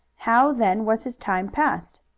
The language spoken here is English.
how, then, was his time passed?